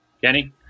Kenny